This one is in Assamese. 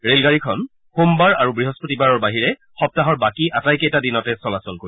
ৰেলগাড়ীখন সোমবাৰ আৰু বৃহস্পতিবাৰৰ বাহিৰে সপ্তাহৰ বাকী আটাইকেইটা দিনতে চলাচল কৰিব